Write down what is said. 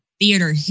theater